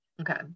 okay